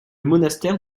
monastère